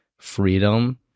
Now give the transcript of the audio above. freedom